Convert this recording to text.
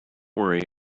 worry